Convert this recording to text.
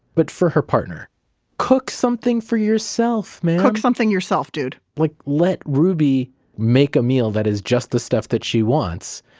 but for her partner cook something for yourself, man cook something yourself, dude like let ruby make a meal that is just the stuff that she wants.